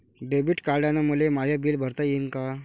Debit कार्डानं मले my bill भरता येईन का?